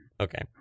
okay